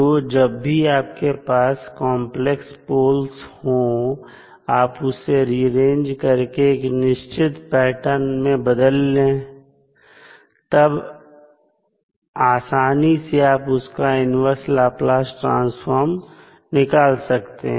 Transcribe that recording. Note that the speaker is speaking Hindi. तो जब भी आपके पास कॉन्प्लेक्स पोल्स हो आप उसे रिअरेंज करके एक निश्चित पैटर्न में बदल दें तब आसानी से आप उसका इन्वर्स लाप्लास ट्रांसफॉर्म निकाल सकते हैं